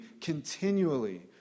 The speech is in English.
continually